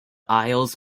isles